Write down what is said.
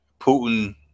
Putin